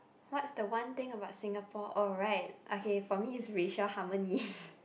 what's the one thing about Singapore oh right for me it's racial harmony